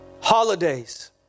holidays